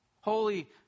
Holy